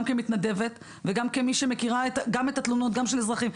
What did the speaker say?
גם כמתנדבת וגם כמי שמכירה את התלונות של האזרחים.